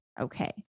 Okay